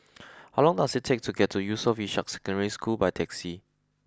how long does it take to get to Yusof Ishak Secondary School by taxi